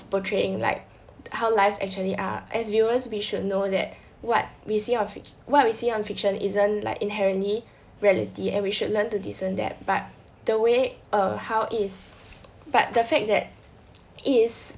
portraying like how lives actually are as viewers we should know that what we see of what we see on fiction isn't like inherently reality and we should learn to discern that by the way err how is but the fact that is